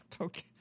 Okay